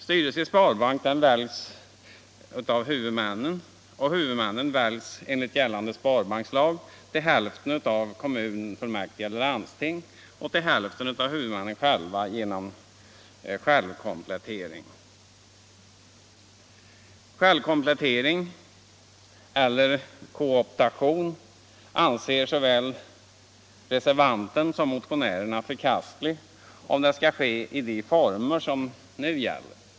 Styrelse i sparbank väljs av huvudmännen, och huvudmännen väljs — enligt gällande sparbankslag — till hälften av kommunfullmäktige eller landsting och till hälften av huvudmännen genom självkomplettering. Såväl reservanten som motionärerna anser självkomplettering, eller kooptation, förkastlig, om den skall ske i de former som nu gäller.